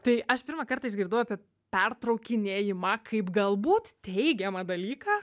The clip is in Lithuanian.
tai aš pirmą kartą išgirdau apie pertraukinėjimą kaip galbūt teigiamą dalyką